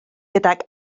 gydag